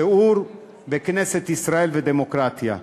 שיעור בכנסת ישראל ודמוקרטיה: